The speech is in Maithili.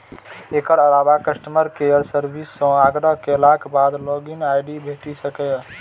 एकर अलावा कस्टमर केयर सर्विस सं आग्रह केलाक बाद लॉग इन आई.डी भेटि सकैए